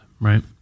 right